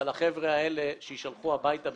אפשר התייעצות סיעתית?